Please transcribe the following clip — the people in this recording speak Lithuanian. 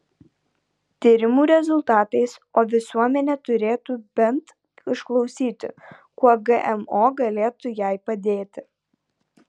tyrimų rezultatais o visuomenė turėtų bent išklausyti kuo gmo galėtų jai padėti